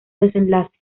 desenlace